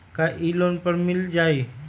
का इ लोन पर मिल जाइ?